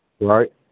right